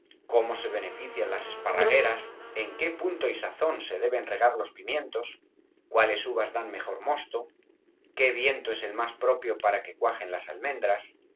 cómo se benefician las esparragueras en qué punto y sazón se deben regar los pimientos cuáles uvas dan mejor mosto qué viento es el más propio para que cuajen las almendras